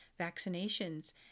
vaccinations